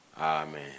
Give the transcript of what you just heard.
Amen